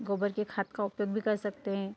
गोबर की खाद का उपयोग भी कर सकते हैं